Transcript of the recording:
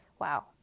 wow